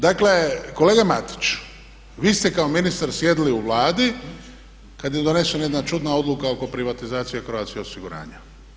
Dakle, kolega Matiću vi ste kako ministar sjedili u Vladi kad je donesena jedna čudna odluka oko privatizacije Croatia osiguranja.